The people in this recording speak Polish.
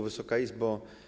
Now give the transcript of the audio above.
Wysoka Izbo!